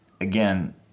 again